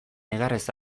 negarrez